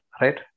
right